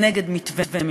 זה